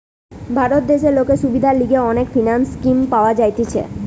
ভারত দেশে লোকের সুবিধার লিগে অনেক ফিন্যান্স স্কিম পাওয়া যাইতেছে